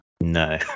No